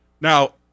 Now